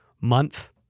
month